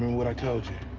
what i told you.